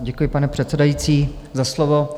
Děkuji, pane předsedající, za slovo.